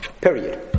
Period